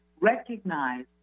recognize